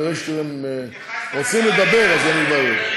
אני רואה שאתם רוצים לדבר, אז אני כבר יורד.